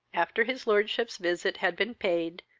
after his lordship's visit had been paid,